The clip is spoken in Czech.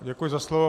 Děkuji za slovo.